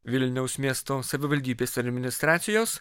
vilniaus miesto savivaldybės administracijos